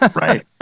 right